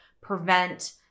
prevent